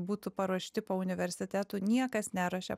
būtų paruošti po universitetų niekas neruošia